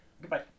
Goodbye